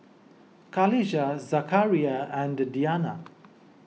Qalisha Zakaria and Diyana